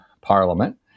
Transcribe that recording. parliament